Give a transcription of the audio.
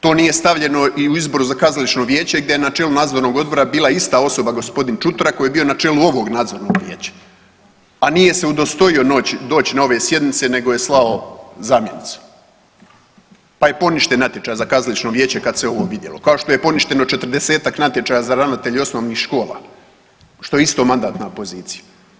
To nije stavljeno i u izboru za Kazališno vijeće gdje je na čelu Nadzornog odbora bila ista osoba, g. Čutura koji je bio na čelu ovog Nadzornog vijeća, a nije se udostojio doći na ove sjednice nego je slao zamjenicu pa je poništen natječaj za Kazališno vijeće kad se ovo vidjelo kao što je poništeno 40-ak natječaja za ravnatelja osnovnih škola, što je isto mandatna pozicija.